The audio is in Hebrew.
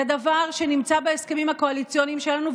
זה דבר שנמצא בהסכמים הקואליציוניים שלנו,